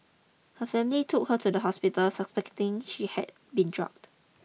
her family took her to the hospital suspecting she had been drugged